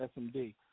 SMD